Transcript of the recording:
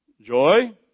joy